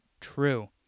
true